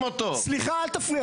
סליחה, אל תפריע